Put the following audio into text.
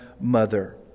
mother